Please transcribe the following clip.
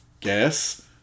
guess